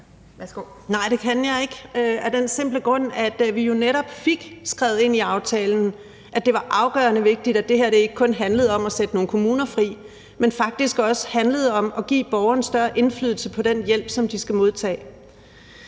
Nej, det kan jeg ikke af den simple grund, at vi jo netop fik skrevet ind i aftalen, at det var afgørende vigtigt, at det her ikke kun handlede om at sætte nogle kommuner fri, men at det faktisk også handlede om at give borgerne større indflydelse på den hjælp, som de skal modtage.